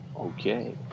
okay